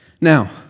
Now